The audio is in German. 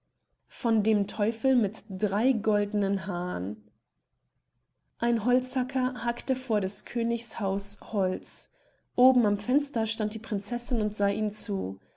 von dem teufel mit drei goldenen haaren ein holzhacker hackte vor des königs haus holz oben am fenster stand die prinzessin und sah ihm zu